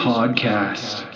Podcast